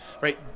right